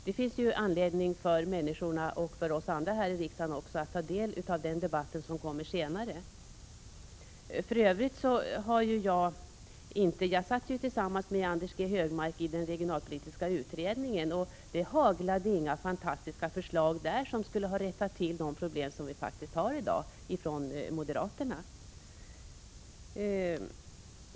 Det finns således anledning både för allmänheten och för oss här i riksdagen att ta del av den debatt som kommer. För övrigt satt jag själv tillsammans med Anders G Högmark i den regionalpolitiska utredningen, och där haglade det från moderaternas sida inga fantastiska förslag som skulle ha kunnat rätta till de problem som faktiskt finns i dag.